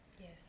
Yes